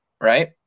right